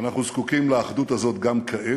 ואנחנו זקוקים לאחדות הזאת גם כעת,